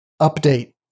update